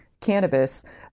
cannabis